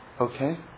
Okay